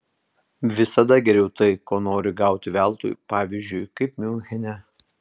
visada geriau tai ko nori gauti veltui pavyzdžiui kaip miunchene